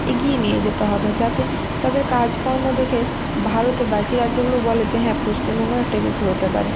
এগিয়ে নিয়ে যেতে হবে যাতে তাদের কাজকর্ম দেখে ভারতের বাকি রাজ্যগুলোও বলে যে হ্যাঁ পশ্চিমবঙ্গর একটা কিছু হতে পারে